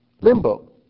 Limbo